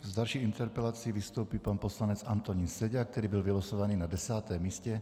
S další interpelací vystoupí pan poslanec Antonín Seďa, který byl vylosovaný na desátém místě.